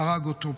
הרג אותו,